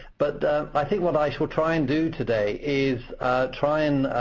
but i think what i shall try and do today is try and